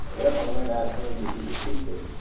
therefore, i'm going to ask one of you to be the teacher